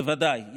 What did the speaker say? בוודאי.